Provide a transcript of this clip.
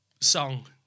song